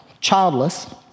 childless